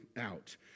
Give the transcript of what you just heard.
out